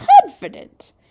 confident